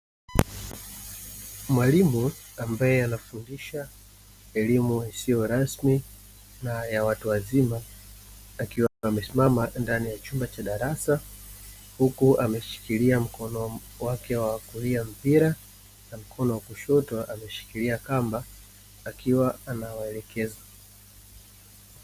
Mwalimu ambaye anafundisha elimu isiyo rasmi na ya watu wazima, akiwa amesimama ndani ya chumba cha darasa, huku ameshikilia mkono wake wa kulia mpira na mkono wa kushoto ameshikilia kamba akiwa anawaelekeza.